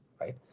right